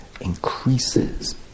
increases